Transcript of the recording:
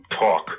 talk